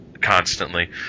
constantly